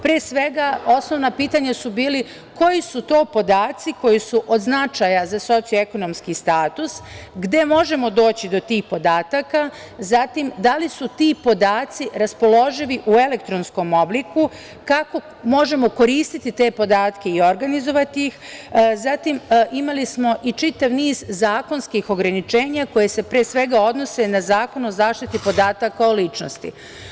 Pre svega, osnovna pitanja su bila koji su to podaci koji su od značaja za socioekonomski status, gde možemo doći do tih podataka, zatim da li su ti podaci raspoloživi u elektronskom obliku, kako možemo koristiti te podatke i organizovati ih, zatim smo imali i čitav niz zakonskih ograničenja koja se pre svega odnose na Zakon o zaštiti podataka o ličnosti.